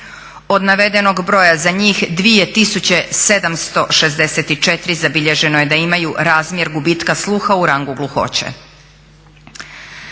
Od navedenog broja za njih 2764 zabilježeno je da imaju razmjer gubitka sluha u rangu gluhoće.